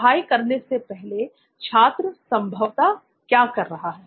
पढ़ाई करने से पहले छात्र संभवत क्या कर सकता है